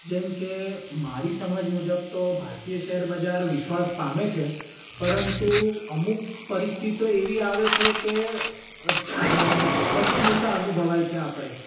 જેમકે મારી સમજ મુજબ તો ભારતીય શૅર બજાર વિશ્વાસ પામે છે પરંતુ અમુક પરિસ્થિતિ એવી આવે છે કે અસ અસ્થિરતા અનુભવાય છે આપણે